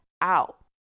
out